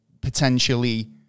potentially